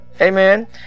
Amen